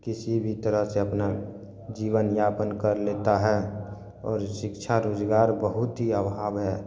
किसी भी तरह से अपना जीवन यापन कर लेता है और शिक्षा रोजगार बहुत ही अभाव है